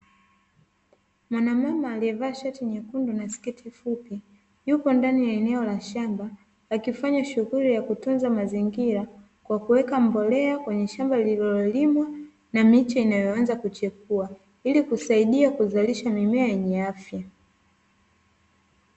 Mwanamama aliyevaa shati jekundu na sketi fupi, yupo ndani ya eneo la shamba akifanya shughuli ya kutunza mazingira, kwa kuweka mbolea kwenye shamba lililolimwa na miche inayoanza kuchepua, ili kusaidia kuzalisha mimea yenye afya.